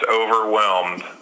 overwhelmed